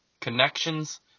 connections